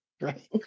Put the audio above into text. Right